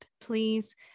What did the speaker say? please